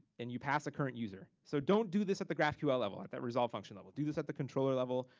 and you pass a current user. so don't do this at the graphql level, at that resolve function level. do this at the controller level.